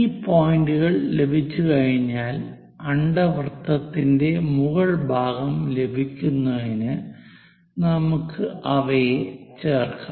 ഈ പോയിന്റുകൾ ലഭിച്ചുകഴിഞ്ഞാൽ അണ്ഡവൃത്തത്തിന്റെ മുകൾഭാഗം ലഭിക്കുന്നതിന് നമുക്ക് അവയെ ചേർക്കാം